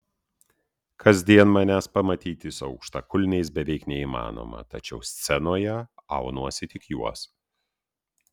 kasdien manęs pamatyti su aukštakulniais beveik neįmanoma tačiau scenoje aunuosi tik juos